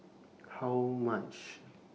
How much